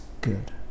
good